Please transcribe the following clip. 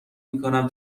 میکنم